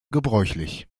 gebräuchlich